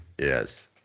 yes